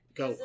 go